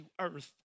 earth